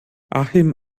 achim